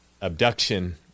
Abduction